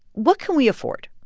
what can we afford?